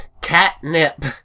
catnip